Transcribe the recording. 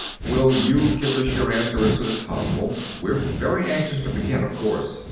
will you give us your answer as soon as possible? we're very anxious to begin, of course.